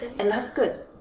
and that's good,